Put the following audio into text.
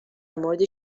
مورد